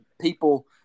people